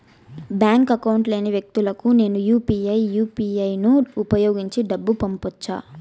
Bank account లేని వ్యక్తులకు నేను యు పి ఐ యు.పి.ఐ ను ఉపయోగించి డబ్బు పంపొచ్చా?